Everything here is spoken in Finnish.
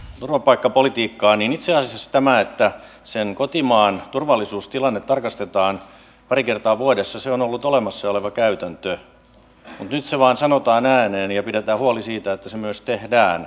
itse asiassa tämä että sen kotimaan turvallisuustilanne tarkastetaan pari kertaa vuodessa on ollut olemassa oleva käytäntö mutta nyt se vain sanotaan ääneen ja pidetään huoli siitä että se myös tehdään